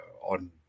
on